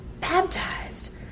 baptized